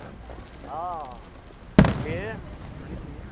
हँ के